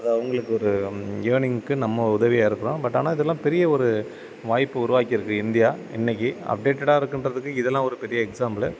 அது அவங்களுக்கு ஒரு ஏர்னிங்க்கு நம்ம உதவியாக இருக்கலாம் பட் ஆனால் இதலாம் பெரிய ஒரு வாய்ப்பு உருவாக்கி இருக்குது இந்தியா இன்றைக்கி அப்டேடடாக இருக்குன்றதுக்கு இதலாம் ஒரு பெரிய எக்ஸாம்புலு